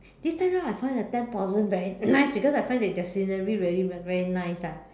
this time round I find the ten possum very nice because I find that the scenery very very nice ah